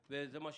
וזה מה שנשאר.